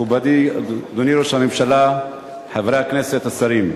מכובדי, אדוני ראש הממשלה, חברי הכנסת, השרים,